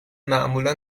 معمولا